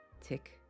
tick